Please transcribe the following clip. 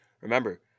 Remember